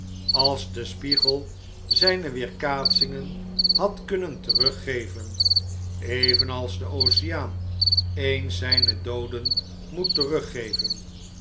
als de spiegel zijne weerkaatsingen had kunnen teruggeven evenals de oceaan eens zjjne dooden moet teruggeven